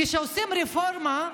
כשעושים רפורמה,